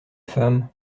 femme